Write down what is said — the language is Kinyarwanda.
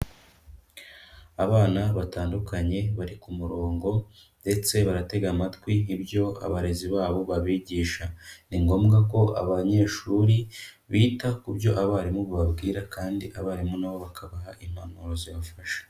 Abana batandukanye bari ku murongo ndetse baratega amatwi ibyo abarezi babo babigisha, ni ngombwa ko abanyeshuri bita ku byo abarimu bababwira kandi abarimu nabo bakabaha impanuro zibafasha.